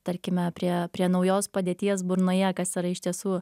tarkime prie prie naujos padėties burnoje kas yra iš tiesų